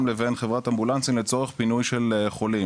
לבין חברת אמבולנסים לצורך פינוי של חולים.